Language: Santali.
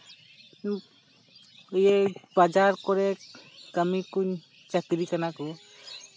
ᱵᱟᱡᱟᱨ ᱠᱚᱨᱮ ᱠᱟᱹᱢᱤ ᱠᱚ ᱪᱟᱠᱨᱤ ᱠᱟᱱᱟ ᱠᱚ